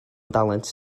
dalent